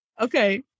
Okay